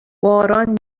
باران